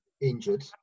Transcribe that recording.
injured